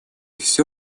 всё